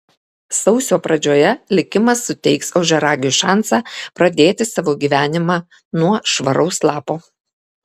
sausio pradžioje likimas suteiks ožiaragiui šansą pradėti savo gyvenimą nuo švaraus lapo